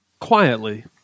quietly